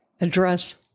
address